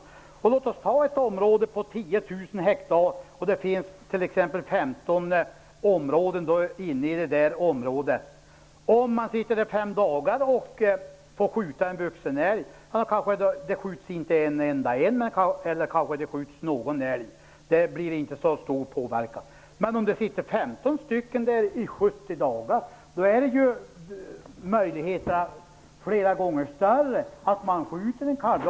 Om man får sitta i fem dagar på ett område på 10 000 hektar där det finns 15 jaktområden kanske det inte skjuts en enda älg, eller bara någon enstaka. Påverkan blir inte så stor. Men om 15 personer jagar i 70 dagar är ju möjligheten mycket större att man skjuter en kalv.